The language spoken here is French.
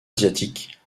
asiatique